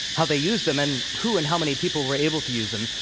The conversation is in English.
how they used them and who and how many people were able to use them.